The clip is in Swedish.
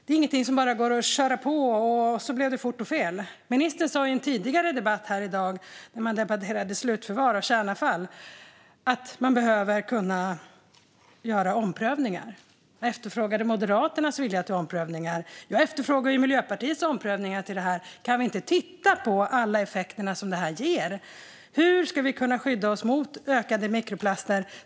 Det går inte att bara köra på, och så blir det fort och fel. Ministern sa i en debatt om slutförvar av kärnavfall tidigare här i dag att man behöver kunna göra omprövningar. Han efterfrågade Moderaternas vilja till omprövningar. Jag efterfrågar Miljöpartiets omprövningar. Kan vi inte titta på alla de effekter detta ger? Hur ska vi kunna skydda oss mot ökade mikroplaster?